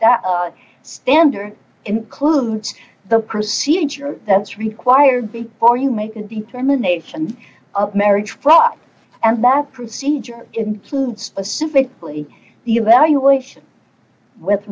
that standard includes the procedure that's required before you make a determination of marriage fraud and that procedure includes specifically the evaluation with